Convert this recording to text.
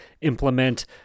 implement